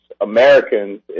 Americans